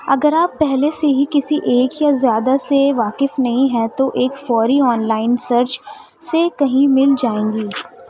اگر آپ پہلے سے ہی کسی ایک یا زیادہ سے واقف نہیں ہیں تو ایک فوری آن لائن سرچ سے کہیں مل جائیں گی